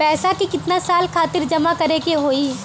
पैसा के कितना साल खातिर जमा करे के होइ?